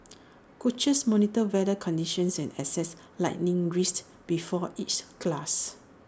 coaches monitor weather conditions and assess lightning risks before each class